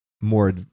more